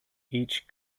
each